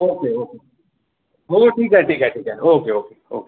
okay okay हो ठीक आहे ठीक आहे ठीक आहे ओके ओके ओके